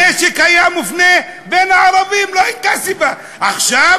הנשק היה מופנה בין הערבים, לא הייתה סיבה, עכשיו